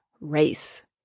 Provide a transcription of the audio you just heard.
race